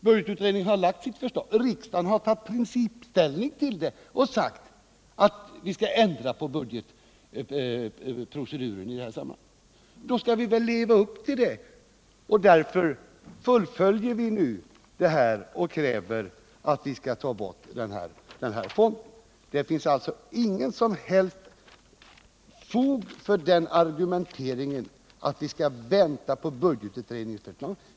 Budgetutredningen har framlagt sitt förslag, riksdagen har tagit principiell ställning till det och sagt att vi skall ändra på budgetproceduren i det här sammanhanget. Då skall man väl leva upp till det? Därför fullföljer vi nu det här och kräver att fonden skall tas bort. Det finns alltså inget som helst fog för den argumenteringen att vi skall vänta på budgetutredningens förslag.